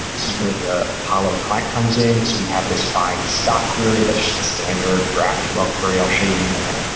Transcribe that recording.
this is where the apollo client comes in, so we have this find stock query that's the standard graphql query. i'll show you in a minute.